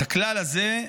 את הכלל הזה,